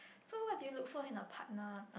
so what do you look for in your partner